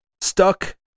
stuck